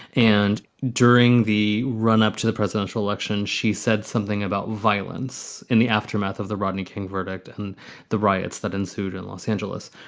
and during the run up to the presidential election, she said something about violence in the aftermath of the rodney king verdict and the riots that ensued in los angeles.